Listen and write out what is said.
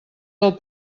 del